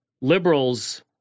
liberals